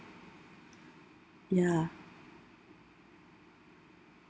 ya